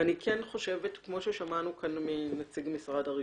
אני כן חושבת, כמו ששמענו כאן מנציג משרד הרישוי,